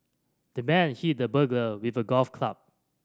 the man hit the burglar with a golf club